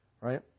right